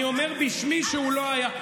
אבל הוא לא כאן, אני אומר בשמי שהוא לא היה.